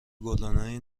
گلدانهای